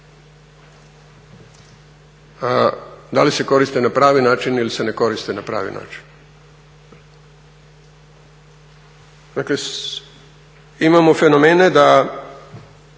da li se koriste na pravi način ili se ne koriste na pravi način. Dakle imamo fenomene da